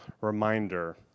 reminder